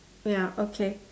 ya okay